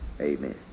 Amen